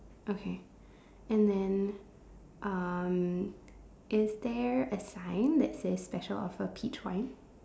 okay and then um is there a sign that says special offer peach wine